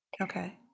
Okay